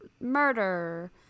murder